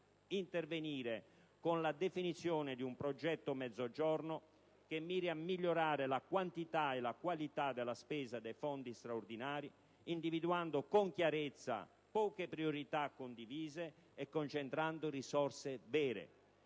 intervenire con la definizione di un progetto Mezzogiorno, che miri a migliorare la quantità e la qualità della spesa dei fondi straordinari, individuando con chiarezza poche priorità condivise e concentrando risorse vere.